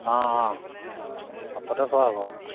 অঁ অঁ হাততে পোৱা হ'ব